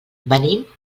venim